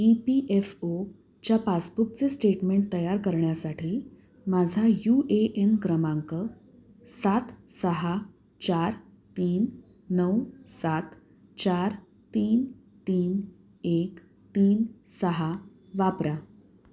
E P F ओच्या पासबुकचे statement तयार करण्यासाठी माझा यू ए एन क्रमांक सात सहा चार तीन नऊ सात चार तीन तीन एक तीन सहा वापरा